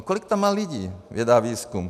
Kolik tam má lidí věda a výzkum?